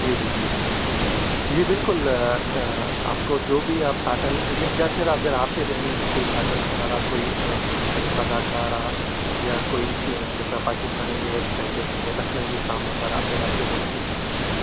جی جی جی جی بالکل آپ کو جو بھی آپ پیٹرن یا یا پھر اگر آپ کے ذہن میں بھی کوئی پیٹرن وغیرہ کوئی مختلف اداکارہ یا کوئی جیسا پاکستانی ویئرس کہتے ہیں یا لکھنوی کام وغیرہ اگر آپ کے ذہن میں ہے